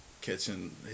catching